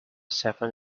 seven